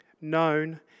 known